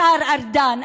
השר ארדן,